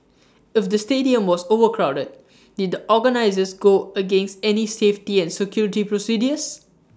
if the stadium was overcrowded did the organisers go against any safety and security procedures